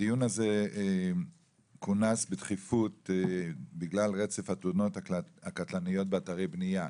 הדיון הזה כונס בדחיפות בגלל רצף התאונות הקטלניות באתרי בנייה.